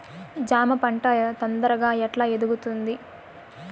జామ పంట తొందరగా ఎట్లా ఎదుగుతుంది?